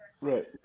Right